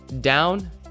down